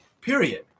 period